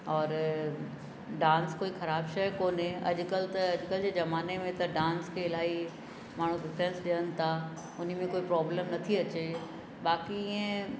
औरि डांस कोई ख़राब शइ कोन्हे अॼुकल्ह त अॼुकल्ह ज़माने में डांस खे इलाही माण्हू प्रिफ्रेंस ॾियनि था उन ई में कोई प्रोब्लम नथी अचे बाक़ी ईअं